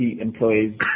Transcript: employees